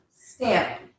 stamp